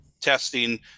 testing